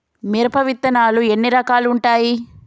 మిరప విత్తనాలు ఎన్ని రకాలు ఉంటాయి?